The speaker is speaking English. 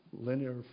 linear